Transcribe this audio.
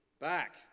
Back